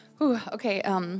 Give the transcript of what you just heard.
okay